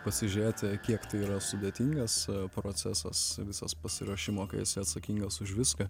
pasižiūrėti kiek tai yra sudėtingas procesas visas pasiruošimo kai esi atsakingas už viską